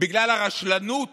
בגלל הרשלנות